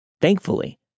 Thankfully